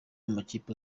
amakipe